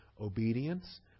obedience